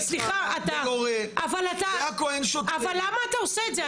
סליחה, אבל אתה, אבל למה אתה עושה את זה?